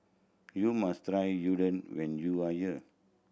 you must try Unadon when you are here